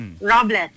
Robles